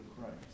Christ